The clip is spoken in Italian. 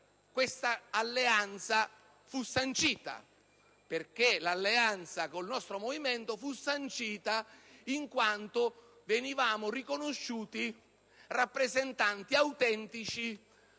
questa alleanza fu sancita: l'alleanza con il nostro Movimento, infatti, fu sancita in quanto venivamo riconosciuti come rappresentanti autentici